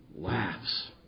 laughs